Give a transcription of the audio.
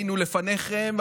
היינו לפניכם,